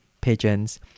pigeons